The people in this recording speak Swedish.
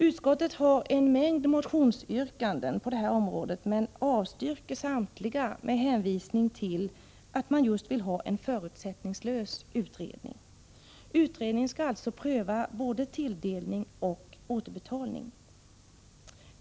Utskottet har behandlat en mängd motionsyrkanden inom detta område men avstyrker samtliga med hänvisning till att man just vill ha en förutsättningslös utredning. Utredningen skall alltså pröva frågorna om både tilldelning och återbetalning.